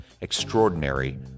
Extraordinary